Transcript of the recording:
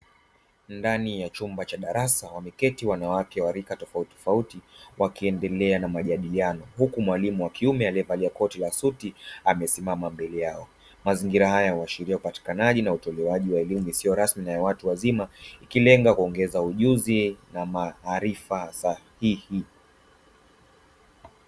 Ndani ya chumba cha darasa wameketi wanawake wa rika tofautitofauti wakiendelea na majadiliano, huku mwalimu wa kiume amevalia koti la suti amesimama mbele yao. Mazingira haya huashiria upatikanaji na utolewaji wa elimu isiyo rasmi, na ya watu wazima ikielenga kuongeza ujuzi na maarifa sahihi.